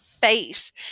face